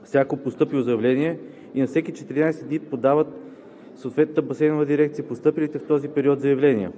за всяко постъпило заявление и на всеки 14 дни предават на съответната басейнова дирекция постъпилите в този период заявления.“